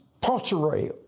pottery